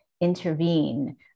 intervene